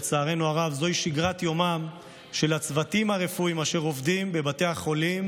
לצערנו הרב זוהי שגרת יומם של הצוותים הרפואיים אשר עובדים בבתי החולים,